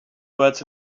words